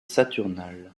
saturnales